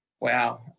Wow